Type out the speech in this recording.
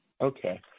Okay